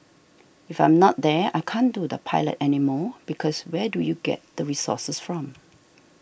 if I'm not there I can't do the pilot anymore because where do you get the resources from